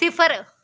सिफर